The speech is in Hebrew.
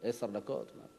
שלמה, עשר דקות לשר.